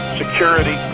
security